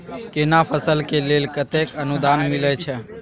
केना फसल के लेल केतेक अनुदान मिलै छै?